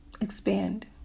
expand